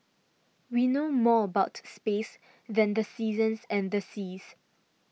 we know more about space than the seasons and the seas